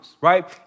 right